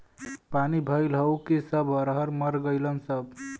पानी भईल हउव कि सब अरहर मर गईलन सब